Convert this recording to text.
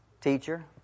teacher